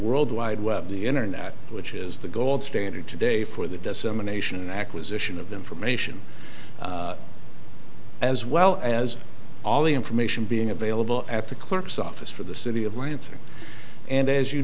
world wide web the internet which is the gold standard today for the dissemination acquisition of information as well as all the information being available at the clerk's office for the city of lansing and as you